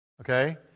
Okay